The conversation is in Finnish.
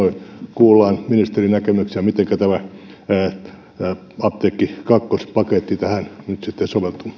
kuullaan ministerin näkemyksiä mitenkä tämä apteekki kakkonen paketti tähän nyt sitten soveltuu